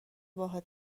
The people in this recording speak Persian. باهات